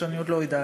ואני עוד לא יודעת.